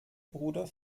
bruder